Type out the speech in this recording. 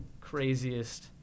craziest